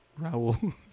Raul